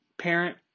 Parent